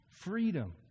Freedom